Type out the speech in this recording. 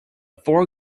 four